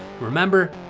Remember